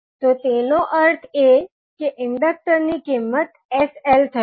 તો તેનો અર્થ એ કે ઇન્ડકટર ની કિંમત sL થશે